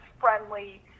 friendly